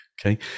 okay